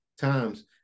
times